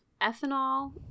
ethanol